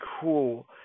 cool